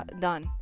done